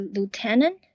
Lieutenant